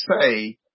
say